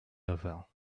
level